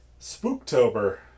Spooktober